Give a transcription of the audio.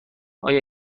آیا